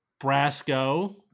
Brasco